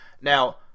Now